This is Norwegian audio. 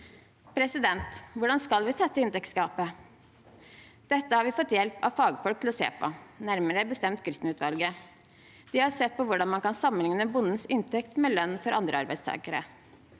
tirsdag. Hvordan skal vi tette inntektsgapet? Dette har vi fått hjelp av fagfolk til å se på, nærmere bestemt Grytten-utvalget. De har sett på hvordan man kan sammenligne bondens inntekt med lønn for andre arbeidstakere.